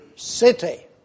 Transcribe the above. City